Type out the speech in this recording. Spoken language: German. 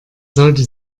sollte